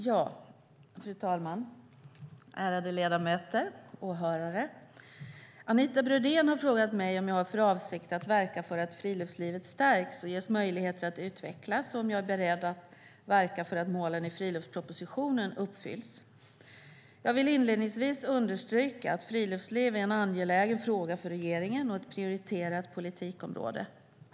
Fru talman! Ärade ledamöter och åhörare! Anita Brodén har frågat mig om jag har för avsikt att verka för att friluftslivet stärks och ges möjligheter att utvecklas och om jag är beredd att verka för att målen i friluftspropositionen uppfylls. Jag vill inledningsvis understryka att friluftsliv är en angelägen fråga för regeringen och ett prioriterat politikområde.